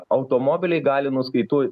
automobiliai gali nuskaitui